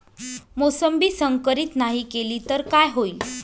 मोसंबी संकरित नाही केली तर काय होईल?